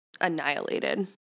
annihilated